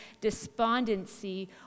despondency